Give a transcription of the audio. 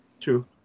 True